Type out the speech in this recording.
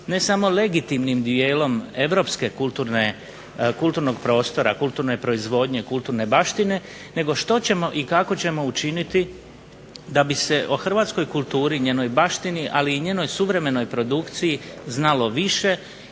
ne samo legitimnim dijelom Europskog kulturnog prostora, kulturne proizvodnje, baštine, nego što ćemo i kako ćemo učiniti da bi se o Hrvatskoj kulturi, njenoj baštini njenoj suvremenoj produkciji znalo više